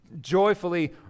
joyfully